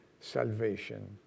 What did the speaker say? salvation